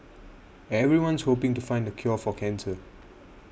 everyone's hoping to find the cure for cancer